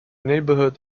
neighborhood